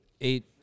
eight